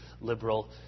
liberal